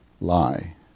lie